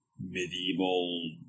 medieval